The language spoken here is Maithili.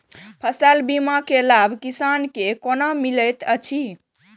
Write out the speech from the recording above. फसल बीमा के लाभ किसान के कोना मिलेत अछि?